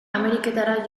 ameriketara